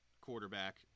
quarterback